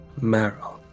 Meryl